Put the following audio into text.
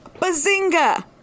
Bazinga